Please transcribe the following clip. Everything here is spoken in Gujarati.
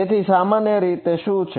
તેથી સામાન્ય રીતે તે શું છે